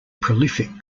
prolific